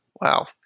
wow